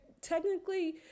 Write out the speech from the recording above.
technically